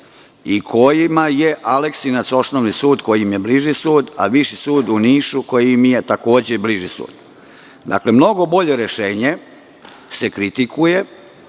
i kojima je Aleksinac osnovni sud, koji im je bliži sud, a Viši sud u Nišu, koji im je takođe bliži sud. Dakle, mnogo bolje rešenje se kritikuje